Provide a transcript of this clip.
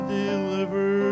deliver